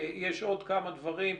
יש עוד כמה דברים.